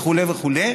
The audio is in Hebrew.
וכו' וכו',